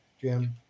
Jim